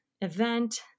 event